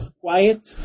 quiet